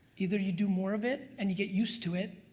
either you do more of it and you get used to it,